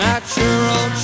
Natural